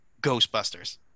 Ghostbusters